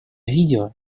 видела